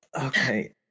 okay